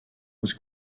was